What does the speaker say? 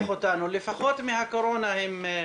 זה משמח אותנו, לפחות מהקורונה הם מוגנים.